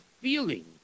feeling